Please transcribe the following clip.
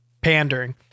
pandering